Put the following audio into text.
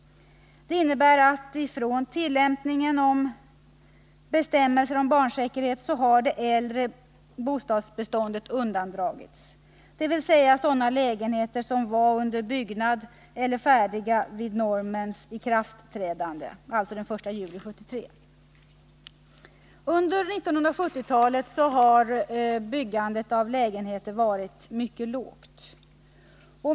Det innebär att från tillämpningen av bestämmelsen om barnsäkerhet har det äldre bostadsbeståndet undantagits, dvs. sådana lägenheter som var under byggnad eller stod färdiga vid normens ikraftträdande den 1 juli 1973. Under 1970-talet har byggandet av lägenheter varit mycket ringa.